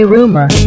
Rumor